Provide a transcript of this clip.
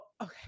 okay